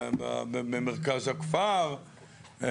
במרכז הכפר,